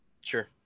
sure